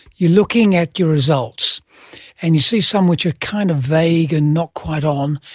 you're looking at your results and you see some which are kind of vague and not quite on,